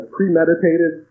Premeditated